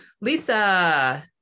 Lisa